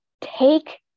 take